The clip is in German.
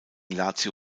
lazio